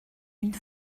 une